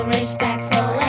respectful